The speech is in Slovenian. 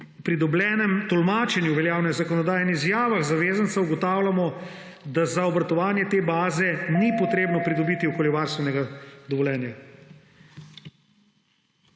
pridobljenem tolmačenju veljavne zakonodaje in izjavah zavezancev ugotavljamo, da za obratovanje te baze ni treba pridobiti okoljevarstvenega dovoljenja.